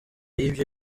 y’ibyo